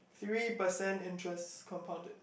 three percent interest compounded